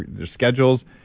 their schedules,